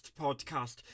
podcast